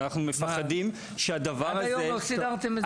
אנחנו מפחדים שהדבר הזה -- עד היום לא סידרתם את זה?